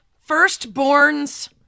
firstborn's